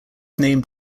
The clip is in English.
named